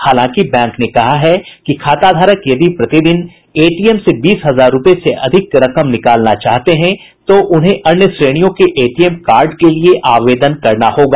हालांकि बैंक ने कहा है कि खाताधारक यदि प्रतिदिन एटीएम से बीस हजार रूपये से अधिक रकम निकालना चाहते हैं तो उन्हें अन्य श्रेणियों के एटीएम कार्ड के लिए आवेदन करना होगा